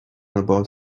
about